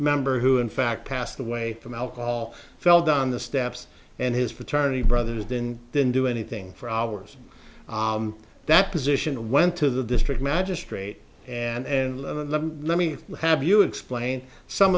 member who in fact passed away from alcohol fell down the steps and his fraternity brothers then didn't do anything for hours that position went to the district magistrate and let me have you explain some